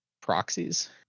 proxies